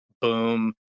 boom